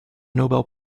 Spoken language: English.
nobel